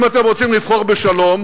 אם אתם רוצים לבחור בשלום,